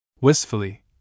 Wistfully